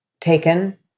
taken